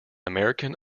american